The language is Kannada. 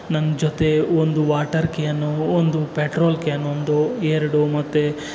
ನನ್ನ ಜೊತೆ ಒಂದು ವಾಟರ್ ಕ್ಯಾನು ಒಂದು ಪೆಟ್ರೋಲ್ ಕ್ಯಾನು ಒಂದು ಎರಡು ಮತ್ತು